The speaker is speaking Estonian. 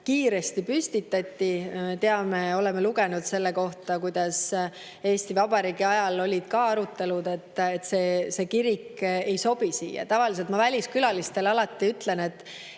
kiiresti see püstitati. Teame, oleme lugenud selle kohta, kuidas Eesti Vabariigi ajal olid ka arutelud, et see kirik ei sobi siia. Kui väliskülalised tulevad